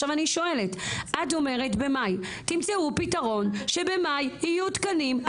את אומרת במאי, תמצאו פתרון שבמאי יהיו תקנים.